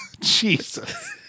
jesus